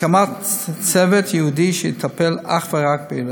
והקמת צוות ייעודי שיטפל אך ורק בילדים.